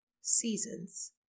seasons